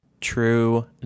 True